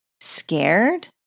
Scared